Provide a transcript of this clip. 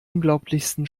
unglaublichsten